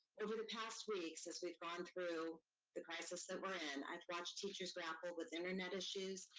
over the past weeks, as we've gone through the crisis that we're in, i've watched teachers grapple with internet issues,